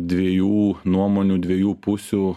dviejų nuomonių dviejų pusių